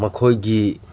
ꯃꯈꯣꯏꯒꯤ